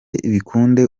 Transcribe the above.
bikunde